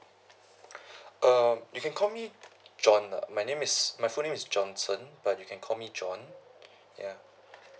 uh you can call me john lah my name is my full name is johnson but you can call me john ya